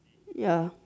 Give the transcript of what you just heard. ya